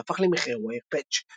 שהפך למכרה וייר פאץ'.